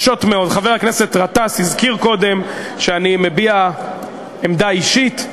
חבר הכנסת גטאס אמר קודם שאני מביע עמדה אישית.